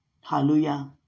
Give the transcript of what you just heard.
Hallelujah